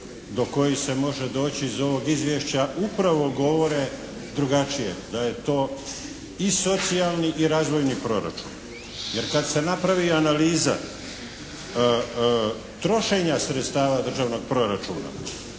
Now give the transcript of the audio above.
do kojih se može doći iz ovog izvješća upravo govore drugačije, da je to i socijalni i razvojni proračun, jer kad se napravi analiza trošenja sredstava državnog proračuna